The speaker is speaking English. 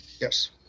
Yes